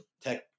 tech